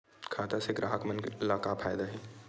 खाता से ग्राहक मन ला का फ़ायदा हे?